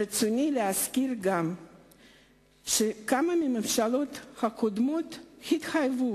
ברצוני להזכיר גם שכמה מהממשלות הקודמות התחייבו